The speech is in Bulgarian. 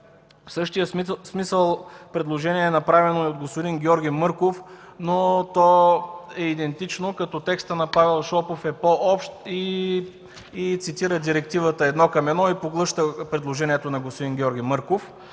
в същия смисъл е направено и от господин Георги Мърков. То е идентично, като текстът на Павел Шопов е по-общ, цитира директивата едно към едно и поглъща предложението на Георги Мърков.